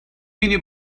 بینی